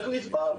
צריך לסבול.